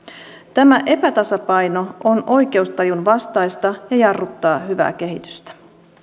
tämä epätasapaino on oikeustajun vastaista ja jarruttaa hyvää kehitystä